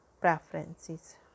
preferences